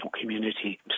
community